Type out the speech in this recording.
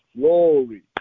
Glory